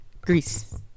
Greece